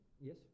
Yes